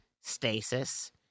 stasis